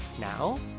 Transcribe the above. Now